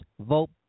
vote